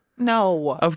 No